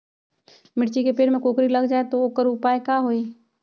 मिर्ची के पेड़ में कोकरी लग जाये त वोकर उपाय का होई?